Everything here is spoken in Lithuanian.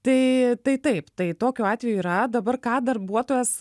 tai tai taip tai tokiu atveju yra dabar ką darbuotojas